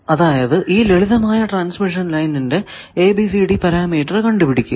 അതായത് ഈ ലളിതമായ ട്രാൻസ്മിഷൻ ലൈനിന്റെ ABCD പാരാമീറ്റർ കണ്ടു പിടിക്കുക